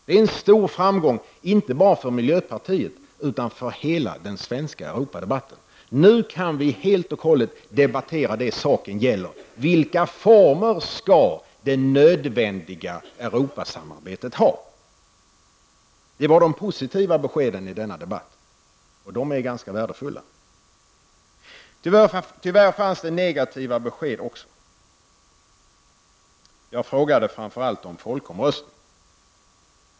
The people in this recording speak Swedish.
Det är en stor framgång, inte bara för miljöpartiet utan för hela den svenska Europadebatten. Nu kan vi helt och hållet debattera det som saken gäller, nämligen vilka former det nödvändiga Europasamarbetet skall ha. Det var de positiva beskeden i denna debatt, och de är ganska värdefulla. Tyvärr fanns det också negativa besked. Jag frågade framför allt om folkomröstning.